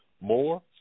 more